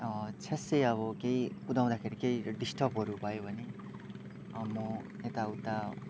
छ्यास्सै अब केही कुदाउँदाखेरि केही डिस्टर्बहरू भयो भने म यताउता